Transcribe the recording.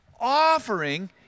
offering